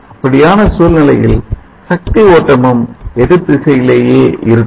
அப்படியான சூழ்நிலையில் சக்தி ஓட்டமும் எதிர் திசையிலேயே இருக்கும்